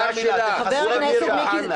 זו המילה, אתם חסרי בושה.